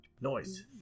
Noise